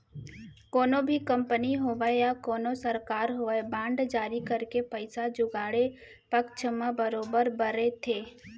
कोनो भी कंपनी होवय या कोनो सरकार होवय बांड जारी करके पइसा जुगाड़े पक्छ म बरोबर बरे थे